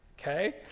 okay